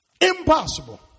Impossible